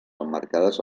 emmarcades